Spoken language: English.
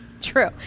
true